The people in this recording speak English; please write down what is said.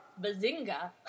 Bazinga